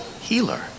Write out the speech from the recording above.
healer